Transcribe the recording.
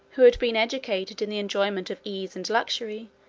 who had been educated in the enjoyment of ease and luxury,